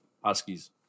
Huskies